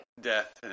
death